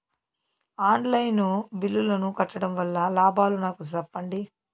On line బిల్లుల ను కట్టడం వల్ల లాభాలు నాకు సెప్పండి?